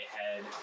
head